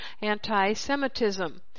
anti-Semitism